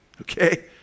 okay